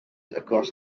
across